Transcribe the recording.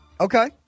Okay